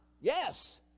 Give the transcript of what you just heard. Yes